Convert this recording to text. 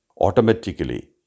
automatically